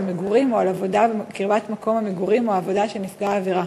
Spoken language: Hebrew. מגורים או על עבודה בקרבת מקום המגורים או העבודה של נפגע העבירה.